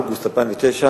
באוגוסט 2009,